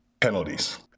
penalties